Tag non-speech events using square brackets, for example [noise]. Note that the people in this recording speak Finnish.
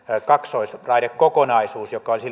kaksoisraidekokonaisuus joka olisi [unintelligible]